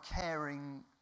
caring